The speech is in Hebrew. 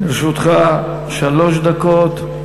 לרשותך שלוש דקות.